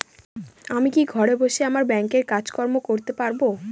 আমি কি ঘরে বসে আমার ব্যাংকের কাজকর্ম করতে পারব?